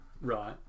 right